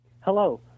Hello